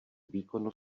výkonu